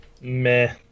Meh